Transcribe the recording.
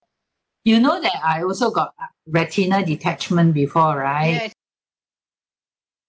you know that I also got uh retinal detachment before right